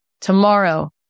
tomorrow